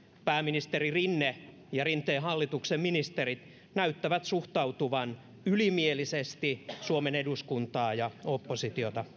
pääministeri rinne ja rinteen hallituksen ministerit näyttävät suhtautuvan ylimielisesti suomen eduskuntaa ja oppositiota